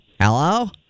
Hello